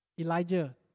Elijah